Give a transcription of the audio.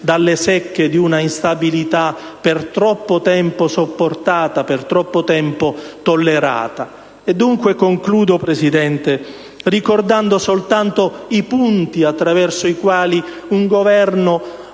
dalle secche di un'instabilità per troppo tempo sopportata e per troppo tempo tollerata. Concludo, signora Presidente, ricordando soltanto i punti attraverso i quali un Governo